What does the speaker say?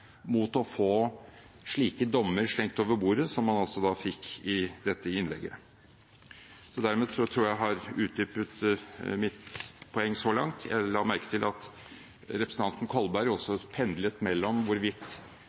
mot å få slike dommer slengt over bordet, som man fikk i dette innlegget. Dermed tror jeg at jeg har utdypet mitt poeng så langt. Jeg la merke til at representanten Kolberg også pendlet mellom hvorvidt